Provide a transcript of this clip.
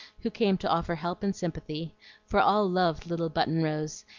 who came to offer help and sympathy for all loved little button-rose,